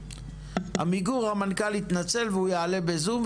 עמיגור המנכל התנצל והוא יעלה בזום,